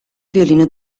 violino